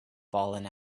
fallen